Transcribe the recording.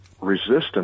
resistance